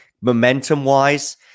momentum-wise